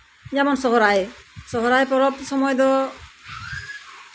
ᱡᱮᱢᱚᱱ ᱥᱚᱦᱨᱟᱭ ᱯᱚᱨᱚᱵᱽ ᱥᱚᱢᱚᱭ ᱫᱚ